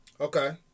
Okay